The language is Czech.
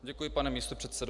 Děkuji, pane místopředsedo.